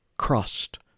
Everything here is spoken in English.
Crust